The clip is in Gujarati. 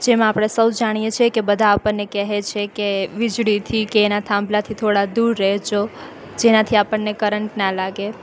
જેમાં આપણે સૌ જાણીએ છે કે બધાં આપણને કહે છે કે વીજળીથી કે એનાં થાંભલાથી થોડાં દૂર રહેજો જેનાંથી આપણને કરંત ન લાગે